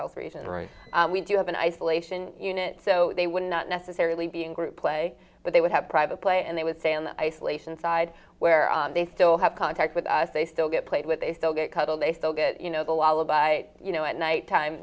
health reasons right we do have an isolation unit so they would not necessarily being group play but they would have private play and they would stay on the isolation side where they still have contact with us they still get played with they still get cuddle they still get you know the lala by you know at nighttime